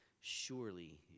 Surely